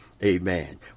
Amen